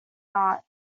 not